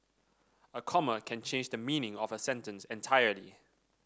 a comma can change the meaning of a sentence entirely